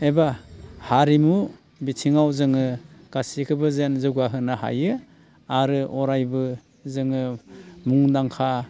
एबा हारिमु बिथिङाव जोङो गासिखोबो जेन जौगाहोनो हायो आरो अरायबो जोङो मुंदांखा